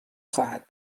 خواهد